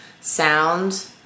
sound